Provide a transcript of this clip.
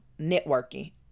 networking